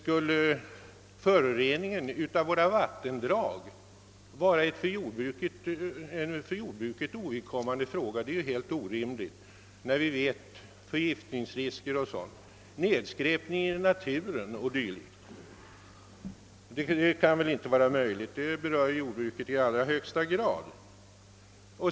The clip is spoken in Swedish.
Att förorening av våra vattendrag, nedskräpning av naturen och dylikt skulle vara en för jordbruket ovidkommande fråga är helt orimligt, inte minst med tanke på de förefintliga förgiftningsriskerna. Det kan inte vara möjligt. Frågan berör jordbruket i allra högsta grad.